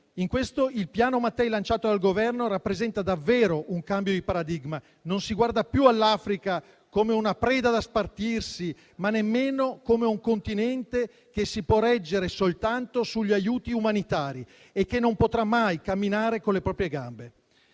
In questo il Piano Mattei lanciato dal Governo rappresenta davvero un cambio di paradigma: non si guarda più all'Africa come a una preda da spartirsi, ma nemmeno come a un continente che si può reggere soltanto sugli aiuti umanitari e che non potrà mai camminare con le proprie gambe.